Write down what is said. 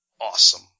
Awesome